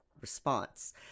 response